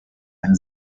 eine